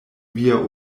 via